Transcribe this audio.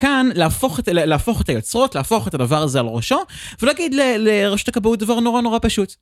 כאן להפוך את היוצרות, להפוך את הדבר הזה על ראשו, ולהגיד לראשות הכבאות דבר נורא נורא פשוט.